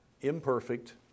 imperfect